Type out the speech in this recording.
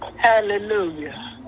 Hallelujah